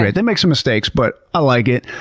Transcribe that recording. they make some mistakes, but i like it.